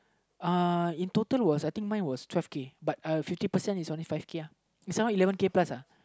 uh in total was I think mine was twelve but fifty percent is only five uh his one eleven plus uh